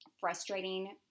frustrating